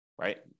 right